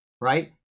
right